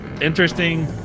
interesting